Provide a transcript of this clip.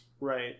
Right